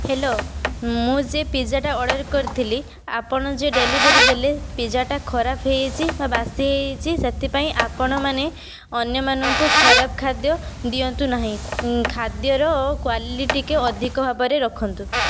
hello ମୁଁ ସେ ପିଜାଟା ଅର୍ଡ଼ର କରିଥିଲି ଆପଣ ଯେ ଡେଲିଭେରି ଦେଲେ ପିଜାଟା ଖରାପ ହେଇଯାଇଛି ବା ବାସି ହେଇଯାଇଛି ସେଥିପାଇଁ ଆପଣ ମାନେ ଅନ୍ୟ ମାନଙ୍କୁ ଖରାପ ଖାଦ୍ୟ ଦିଅନ୍ତୁ ନାହିଁ ଖାଦ୍ୟର କ୍ୱାଲିଟି ଟିକେ ଅଧିକ ଭାବରେ ରଖନ୍ତୁ